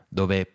dove